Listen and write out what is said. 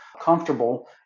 comfortable